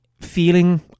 feeling